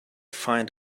find